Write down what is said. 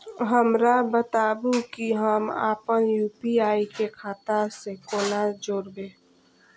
हमरा बताबु की हम आपन यू.पी.आई के खाता से कोना जोरबै?